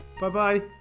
Bye-bye